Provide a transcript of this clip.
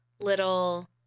little